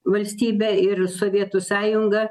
valstybę ir sovietų sąjungą